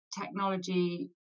technology